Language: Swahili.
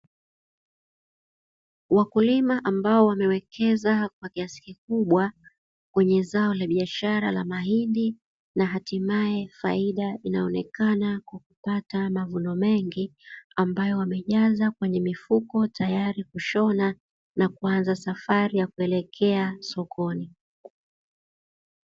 Wakulima ambao wamewekeza kwa kiasi kikubwa kwenye zao la biashara la mahindi, na hatimaye faida inaonekana kwa kupata mavuno mengi ambayo wamejaza kwenye mifuko tayari kushona na kuanza safari ya kuelekea sokoni.